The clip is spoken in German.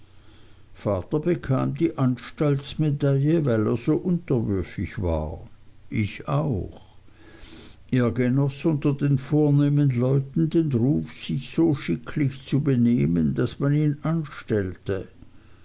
vater bekam die anstaltmedaille weil er so unterwürfig war ich auch vater wurde küster und totengräber weil er demütig war er genoß unter den vornehmen leuten den ruf sich so schicklich zu benehmen daß man ihn anstellte